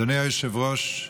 אדוני היושב-ראש,